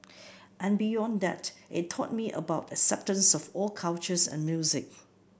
and beyond that it taught me about acceptance of all cultures and music